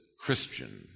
Christian